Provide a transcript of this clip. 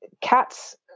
cats